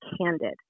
candid